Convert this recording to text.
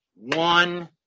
One